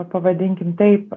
pavadinkim taip